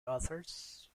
authors